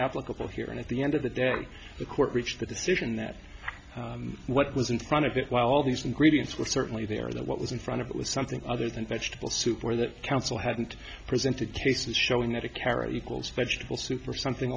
applicable here and at the end of the day the court reached the decision that what was in front of it while all these ingredients were certainly there that what was in front of it was something other than vegetable soup where the council hadn't presented cases showing that a carrot equals vegetable soup or something